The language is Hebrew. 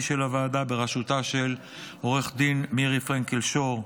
של הוועדה בראשותה של עו"ד מירי פרנקל שור,